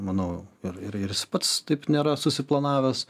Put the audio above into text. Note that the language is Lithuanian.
manau ir ir jis pats taip nėra susiplanavęs